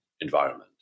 environment